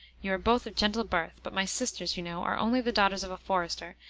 you are both of gentle birth, but my sisters, you know, are only the daughters of a forester,